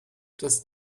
just